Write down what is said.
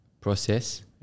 process